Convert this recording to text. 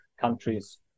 countries